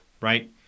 right